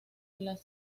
las